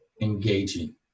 engaging